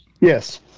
Yes